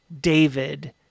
David